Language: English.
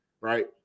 right